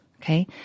okay